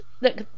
look